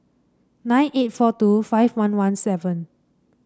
nine eight four two five one one seven